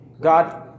God